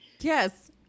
Yes